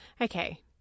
Okay